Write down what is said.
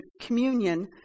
communion